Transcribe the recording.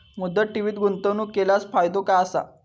मुदत ठेवीत गुंतवणूक केल्यास फायदो काय आसा?